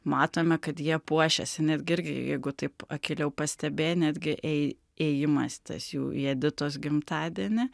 matome kad jie puošiasi netgi irgi jeigu taip akyliau pastebėję netgi ėj ėjimas tas jų į editos gimtadienį